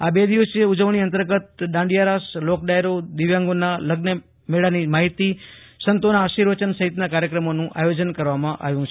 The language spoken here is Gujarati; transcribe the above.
આ બે દિવસીય ઉજવણી અંતર્ગત દાંડીયારાસ લોકડાયરો દિવ્યાંગોના લગ્નમેળાની માહિતી સંતોના આશિર્વચન સહિતના કાર્યક્રમોનું આયોજન કરવામાં આવ્યું છે